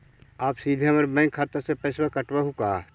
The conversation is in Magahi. आप सीधे हमर बैंक खाता से पैसवा काटवहु का?